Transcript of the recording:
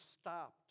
stopped